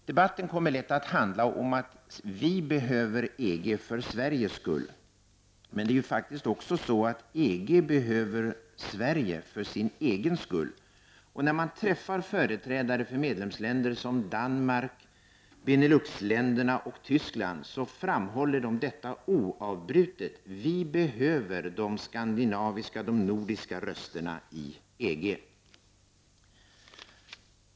Debatten kommer lätt att handla om att vi behöver EG för Sveriges skull. Men det är faktiskt också så att EG behöver Sverige för sin egen skull. När man träffar företrädare för medlemsländer som Danmark, Beneluxländerna och Tyskland, så framhåller de oavbrutet detta och säger: Vi behöver de nordiska rösterna i EG.